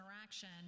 interaction